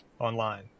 online